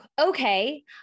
Okay